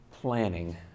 planning